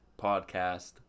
podcast